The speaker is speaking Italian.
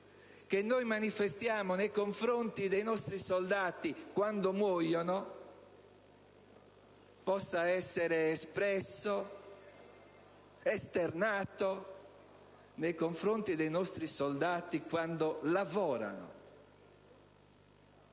che noi manifestiamo nei confronti di nostri soldati quando muoiono, possa essere espresso, esternato nei confronti dei nostri soldati quando lavorano.